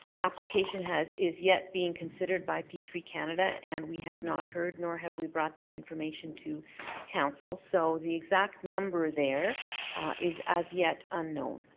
application is yet being considered by p three canada and we have not heard nor have we brought that information to council so the exact number there is as yet unknown.